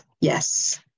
Yes